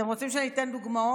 אתם רוצים שאני אתן דוגמאות?